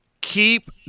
Keep